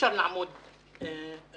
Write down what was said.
שאי-אפשר לעמוד קפוא,